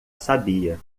sabia